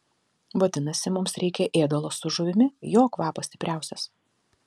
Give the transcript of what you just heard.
vadinasi mums reikia ėdalo su žuvimi jo kvapas stipriausias